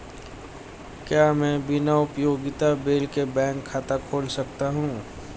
क्या मैं बिना उपयोगिता बिल के बैंक खाता खोल सकता हूँ?